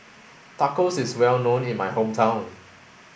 Tacos is well known in my hometown